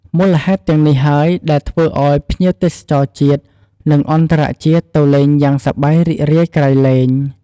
មូលហេតុទាំងនេះហើយ ដែលធ្វើឲ្យភ្ញៀវទេសចរជាតិ និងអន្តរជាតិទៅលេងយ៉ាងសប្បាយរីករាយក្រៃលែង។